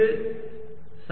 e